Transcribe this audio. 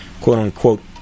quote-unquote